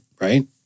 Right